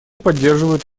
поддерживают